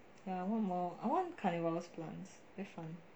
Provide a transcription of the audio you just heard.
ya I want more I want carnivorous plants very fun